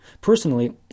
Personally